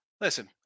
listen